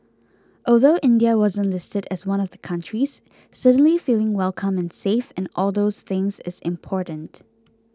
although India wasn't listed as one of the countries certainly feeling welcome and safe and all those things is important